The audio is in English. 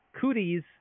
Cooties